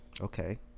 Okay